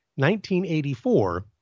1984